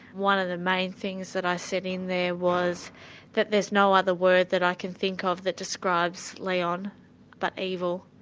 one of the main things that i said in there was that there's no other word that i can think of that describes leon but evil,